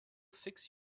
fix